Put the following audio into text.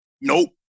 Nope